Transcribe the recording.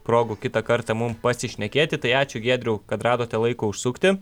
progų kitą kartą mum pasišnekėti tai ačiū giedriau kad radote laiko užsukti